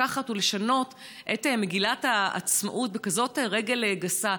לקחת ולשנות את מגילת העצמאות בכזאת רגל גסה.